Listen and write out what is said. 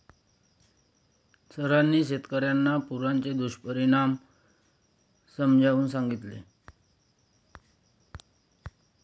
सरांनी शेतकर्यांना पुराचे दुष्परिणाम समजावून सांगितले